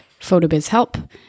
photobizhelp